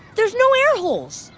there's no air holes.